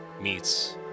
meets